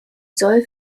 soll